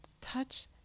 touch